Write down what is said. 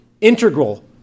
integral